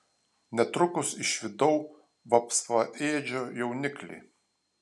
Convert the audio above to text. netrukus išvydau vapsvaėdžio jauniklį